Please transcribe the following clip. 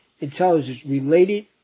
intelligence-related